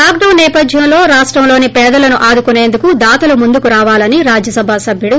lord down సేపథ్యంలో రాష్టంలోని పేదలను ఆదుకుసేందుకు దాతలు ముందుకు రావాలని రాజ్య సభ సభ్యుడు వి